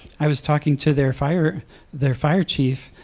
i was talking to their fire their fire chief.